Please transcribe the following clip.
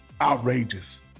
outrageous